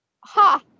ha